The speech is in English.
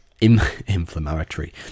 inflammatory